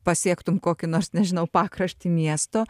pasiektum kokį nors nežinau pakraštį miesto